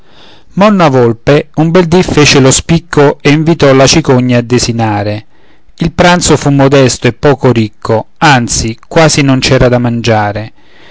monna volpe un bel dì fece lo spicco e invitò la cicogna a desinare il pranzo fu modesto e poco ricco anzi quasi non c'era da mangiare